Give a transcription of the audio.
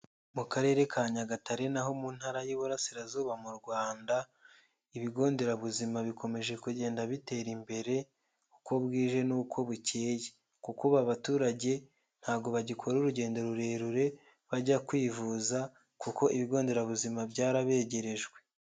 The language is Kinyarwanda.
Mu karere ka Nyagatare ni aho mu ntara y'Iburarasirazuba mu Rwanda, ibigo nderabuzima bikomeje kugenda bitera imbere uko bwije n'uko bukeye, kuko ubu abaturage ntago bagikora urugendo rurerure bajya kwivuza kuko ibigo nderabuzima byarabegerejwe.